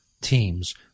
teams